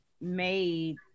made